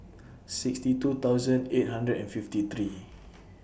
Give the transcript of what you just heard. sixty two thousand eight hundred and fifty three